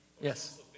Yes